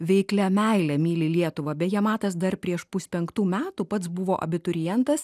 veiklia meile myli lietuvą beje matas dar prieš puspenktų metų pats buvo abiturientas